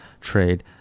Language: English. trade